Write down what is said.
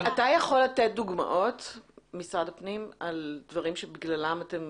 אתה יכול לתת דוגמאות על דברים שבגללם אתם